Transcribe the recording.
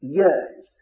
years